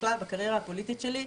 בכלל בקריירה הפוליטית שלי,